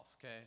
okay